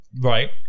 Right